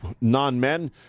non-men